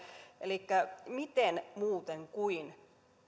elikkä miten muuten kuin